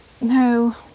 No